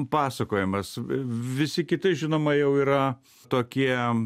pasakojimas visi kiti žinoma jau yra tokie